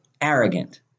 arrogant